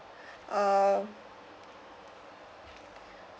um